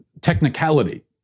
technicality